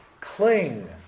Cling